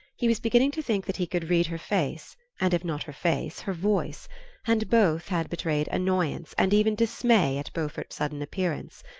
he was beginning to think that he could read her face, and if not her face, her voice and both had betrayed annoyance, and even dismay, at beaufort's sudden appearance.